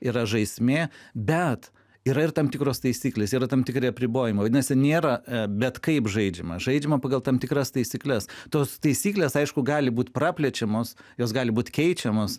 yra žaismė bet yra ir tam tikros taisyklės yra tam tikri apribojimai vadinasi nėra bet kaip žaidžiama žaidžiama pagal tam tikras taisykles tos taisyklės aišku gali būti praplečiamos jos gali būt keičiamos